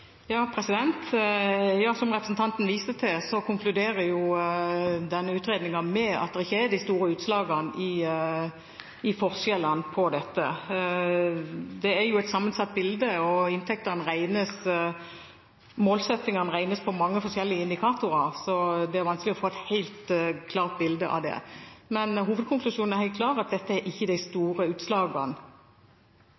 Som representanten viste til, konkluderer denne utredningen med at det ikke er de store utslagene i forskjeller på dette. Det er et sammensatt bilde, og målsettingene regnes ut fra mange forskjellige indikatorer, så det er vanskelig å få et helt klart bilde av det. Men hovedkonklusjonen er helt klar; dette gir ikke de helt store utslagene.